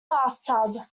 bathtub